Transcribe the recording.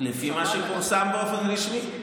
לפי מה שפורסם באופן רשמי.